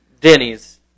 Denny's